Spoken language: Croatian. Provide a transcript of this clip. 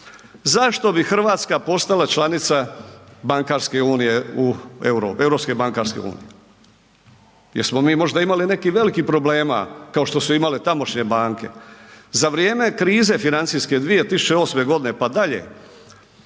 Zašto bi Hrvatska postala članica Europske bankarske unije? Jesmo mi možda imali nekih velikih problema kao što su imale tamošnje banke? Za vrijeme krize financijske 2008. godine pa dalje,